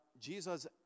Jesus